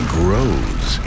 grows